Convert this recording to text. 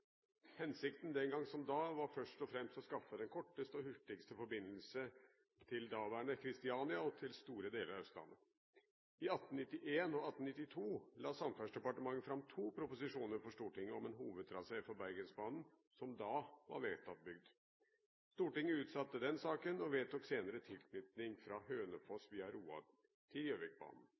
Hensikten – den gang som da – var først og fremst å skaffe den korteste og hurtigste forbindelse til daværende Kristiania og til store deler av Østlandet. I 1891 og 1892 la Samferdselsdepartementet fram to proposisjoner for Stortinget om en hovedtrasé for Bergensbanen, som da var vedtatt bygd. Stortinget utsatte saken og vedtok senere tilknytning fra Hønefoss via Roa til